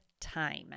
time